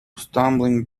stumbling